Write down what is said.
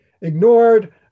ignored